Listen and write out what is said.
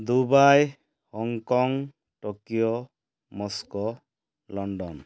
Dubai Hong Kong Tokyo Moscow London